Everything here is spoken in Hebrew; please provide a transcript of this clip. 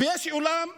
ויש אולם בשפרעם,